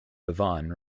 bevan